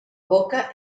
boca